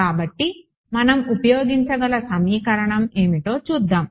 కాబట్టి మనం ఉపయోగించగల సమీకరణం ఏమిటో చూద్దాం